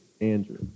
andrew